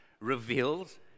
reveals